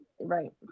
Right